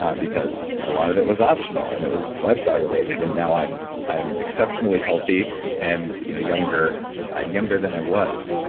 um because a lot of it was optional, and it was lifestyle-related, and now i'm i'm exceptionally healthy and you know younger younger than i was,